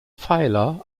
pfeiler